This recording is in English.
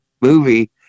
movie